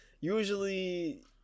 usually